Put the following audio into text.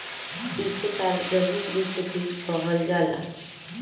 ऐइके सार्वजनिक वित्त भी कहल जाला